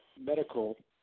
medical